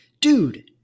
Dude